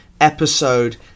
episode